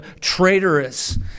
traitorous